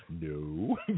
No